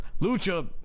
lucha